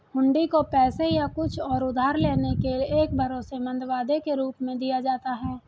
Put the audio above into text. हुंडी को पैसे या कुछ और उधार लेने के एक भरोसेमंद वादे के रूप में दिया जाता है